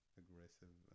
aggressive